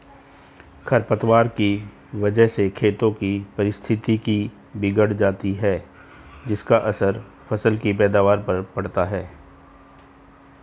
खरपतवार की वजह से खेतों की पारिस्थितिकी बिगड़ जाती है जिसका असर फसल की पैदावार पर पड़ता है